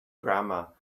grammar